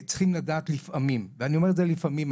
שצריכים לדעת לפעמים ואני אומר את זה לפעמים,